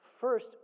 First